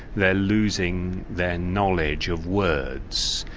they are losing their knowledge of words.